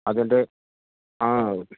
അതിൻ്റെ ആ